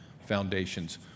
foundations